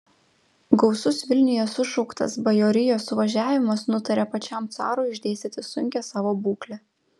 gausus vilniuje sušauktas bajorijos suvažiavimas nutarė pačiam carui išdėstyti sunkią savo būklę